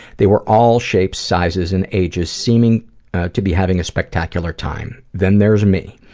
they were all shapes, sizes and ages seeming to be having a spectacular time. then there's me.